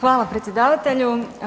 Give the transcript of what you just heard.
Hvala, predsjedavatelju.